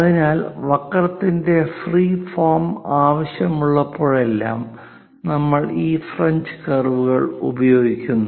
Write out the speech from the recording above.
അതിനാൽ വക്രത്തിന്റെ free form ആവശ്യമുള്ളപ്പോഴെല്ലാം നമ്മൾ ഈ ഫ്രഞ്ച് കർവുകൾ ഉപയോഗിക്കുന്നു